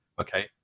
Okay